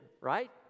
Right